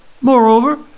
Moreover